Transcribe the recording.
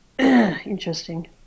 interesting